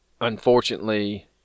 unfortunately